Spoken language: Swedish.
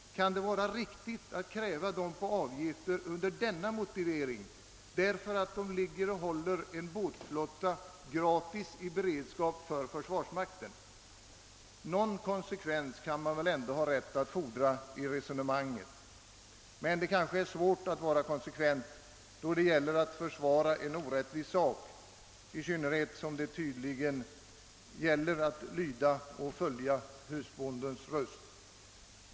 Kan det vara riktigt att kräva fiskarna på avgifter därför att de gratis håller en flotta i beredskap för försvarsmakten? Någon konsekvens skall man väl ändå ha rätt att fordra i resonemanget. Men det kanske är svårt att vara konsekvent då det gäller att försvara en orättvis sak, i synnerhet som det tydligen gäller att lyda husbondens röst.